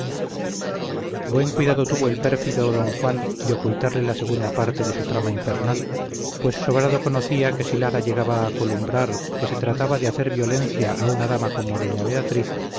buen cuidado tuvo el pérfido don juan de ocultarle la segunda parte de su trama infernal pues sobrado conocía que si lara llegaba a columbrar que se trataba de hacer violencia a una dama como doña beatriz